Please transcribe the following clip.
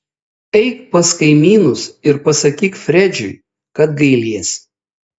eik pas kaimynus ir pasakyk fredžiui kad gailiesi